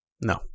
no